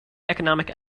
economic